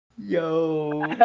yo